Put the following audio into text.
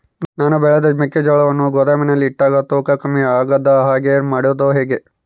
ನಾನು ಬೆಳೆದ ಮೆಕ್ಕಿಜೋಳವನ್ನು ಗೋದಾಮಿನಲ್ಲಿ ಇಟ್ಟಾಗ ತೂಕ ಕಮ್ಮಿ ಆಗದ ಹಾಗೆ ಮಾಡೋದು ಹೇಗೆ?